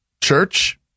Church